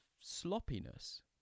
sloppiness